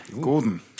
Gordon